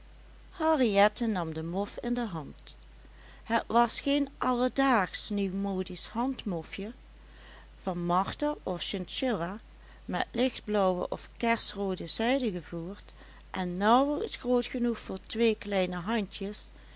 henriette nam de mof in de hand het was geen alledaagsch nieuwmodisch handmofje van marter of chinchilla met lichtblauwe of kersroode zijde gevoerd en nauwelijks groot genoeg voor twee kleine handjes